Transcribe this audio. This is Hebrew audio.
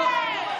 הוא משקר, לא.